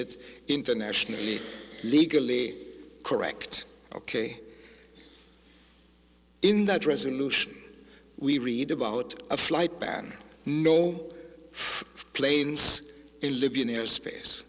it internationally legally correct ok in that resolution we read about a flight ban no planes in libyan airspace